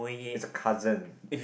it's a cousin